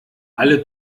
alle